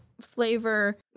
flavor